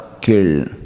kill